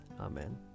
Amen